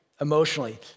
emotionally